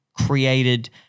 created –